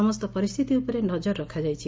ସମସ୍ତ ପରିସ୍ସିତି ଉପରେ ନଜର ରଖାଯାଇଛି